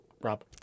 Rob